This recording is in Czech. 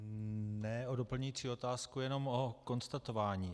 Ne o doplňující otázku, jenom o konstatování.